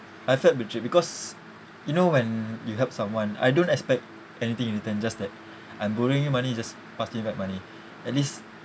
I felt betrayed because you know when you help someone I don't expect anything in return just that I'm borrowing you money just pass me back money at least